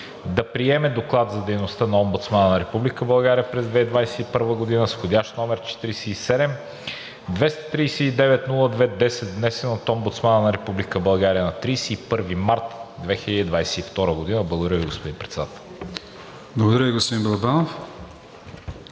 Благодаря Ви, господин Председател.